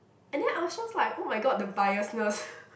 and then I was just like !oh-my-god! the biasness